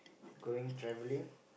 going travelling